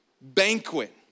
banquet